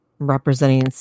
Representing